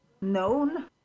known